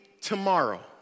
tomorrow